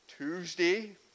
Tuesday